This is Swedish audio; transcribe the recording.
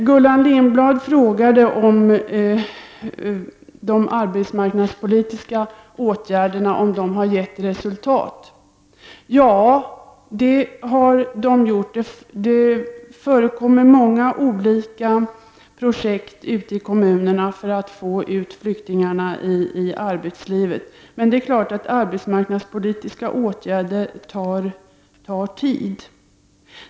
Gullan Lindblad frågade om de arbetsmarknadspolitiska åtgärderna har gett resultat. Ja, det har de gjort. Det förekommer många olika projekt ute i kommunerna för att få ut flyktingarna i arbetslivet. Men det är klart att arbetsmarknadspolitiska åtgärder tar tid.